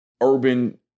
urban